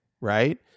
Right